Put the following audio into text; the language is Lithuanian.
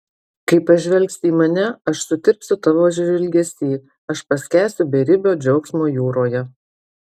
kai pažvelgsi į mane aš sutirpsiu tavo žvilgesy aš paskęsiu beribio džiaugsmo jūroje